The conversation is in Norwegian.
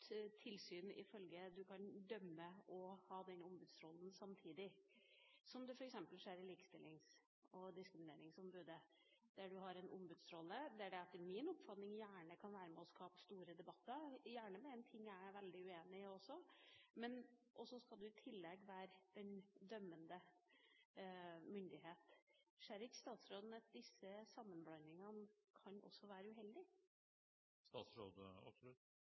kan dømme og ha en ombudsrolle samtidig, slik det f.eks. skjer hos likestillings- og diskrimineringsombudet, som har en ombudsrolle der man etter min oppfatning gjerne kan være med og skape store debatter – gjerne også om saker jeg er veldig uenig i – men så skal en i tillegg være den dømmende myndighet. Ser ikke statsråden at disse sammenblandingene kan være